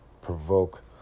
provoke